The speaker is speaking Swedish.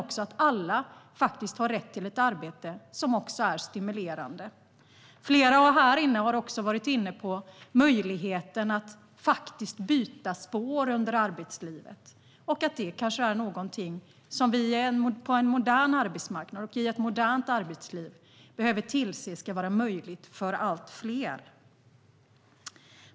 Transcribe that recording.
Alla har rätt till ett arbete som också är stimulerande. Flera här i kammaren har också varit inne på möjligheten att byta spår under arbetslivet. Det kanske är någonting som vi på en modern arbetsmarknad och i ett modernt arbetsliv behöver tillse ska vara möjligt för allt fler.